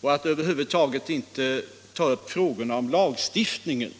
och inte att ta upp frågor om lagstiftningen.